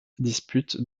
dispute